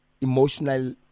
emotional